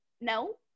no